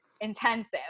Intensive